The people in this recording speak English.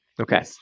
Okay